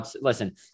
listen